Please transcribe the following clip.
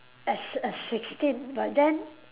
as a sixteen but then